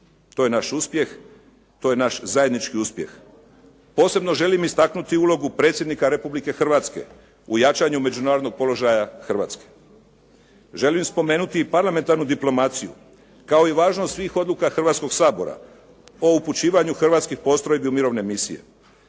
To je naš uspjeh, to je naš zajednički uspjeh. Posebno želim istaknuti ulogu Predsjednika Republike Hrvatske u jačanju međunarodnog položaja Hrvatske. Želim spomenuti i parlamentarnu diplomaciju, kao i važnost svih odluka Hrvatskog sabora o upućivanju hrvatskih postrojbi u mirovne misije.